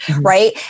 right